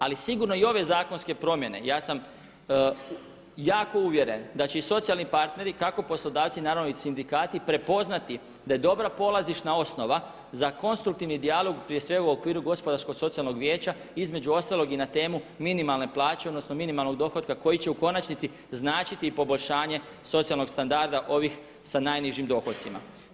Ali sigurno i ove zakonske promjene, ja sam jako uvjeren da će i socijalni partneri kako poslodavci, naravno i sindikati prepoznati da je dobra polazišna osnova za konstruktivni dijalog prije svega u okviru gospodarsko socijalnog vijeća između ostalog i na temu minimalne plaće odnosno minimalnog dohotka koji će u konačnici značiti i poboljšanje socijalnog standarda ovih sa najnižim dohodcima.